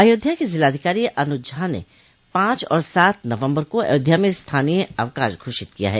अयोध्या के जिलाधिकारी अनुज झा ने पांच और सात नवम्बर को अयोध्या में स्थानीय अवकाश घोषित किया है